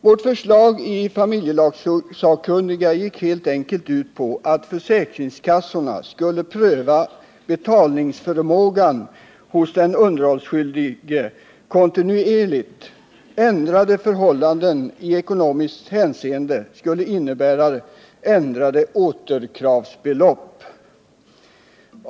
Vårt förslag i familjelagssakkunniga gick helt enkelt ut på att försäkringskassorna skulle kontinuerligt pröva betalningsförmågan hos den underhållsskyldige. Ändrade förhållanden i ekonomiskt hänseende skulle innebära ändrade återkravsbelopp.